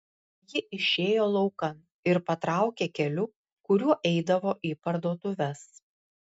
ji išėjo laukan ir patraukė keliu kuriuo eidavo į parduotuves